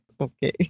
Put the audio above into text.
okay